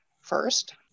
first